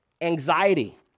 anxiety